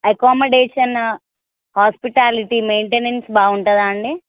accommodation hospitality maintenance బాగుంటుందా అండి